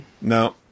No